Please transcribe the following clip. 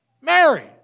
Mary